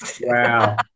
Wow